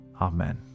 Amen